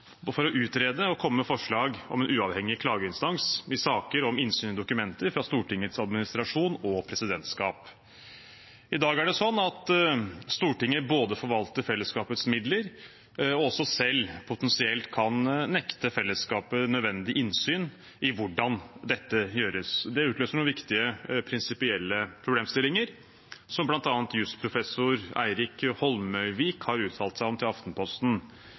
klageinstans i saker om innsyn i dokumenter fra Stortingets administrasjon og presidentskap. I dag er det sånn at Stortinget forvalter fellesskapets midler og selv potensielt kan nekte fellesskapet nødvendig innsyn i hvordan dette gjøres. Det utløser noen viktige prinsipielle problemstillinger, som bl.a. jusprofessor Eirik Holmøyvik har uttalt seg om til Aftenposten: